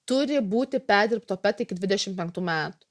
turi būti perdirbto pet iki dvidešimt penktų metų